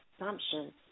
assumption